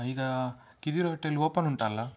ಈಗ ಕಿದಿರ್ hotel open ಉಂಟಲ್ಲ